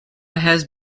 has